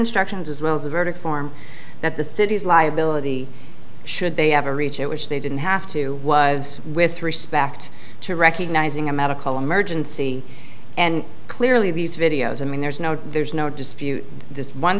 instructions as well as the verdict form that the city's liability should they ever reach it which they didn't have to was with respect to recognizing a medical emergency and clearly these videos i mean there's no there's no dispute this one